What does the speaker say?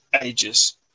ages